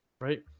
right